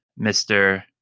Mr